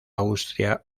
austria